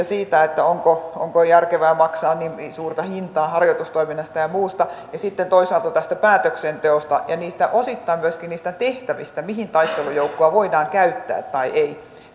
siitä onko onko järkevää maksaa niin niin suurta hintaa harjoitustoiminnasta ja muusta ja sitten toisaalta tästä päätöksenteosta ja osittain myöskin niistä tehtävistä mihin taistelujoukkoa voidaan käyttää tai ei